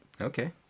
okay